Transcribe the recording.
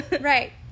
Right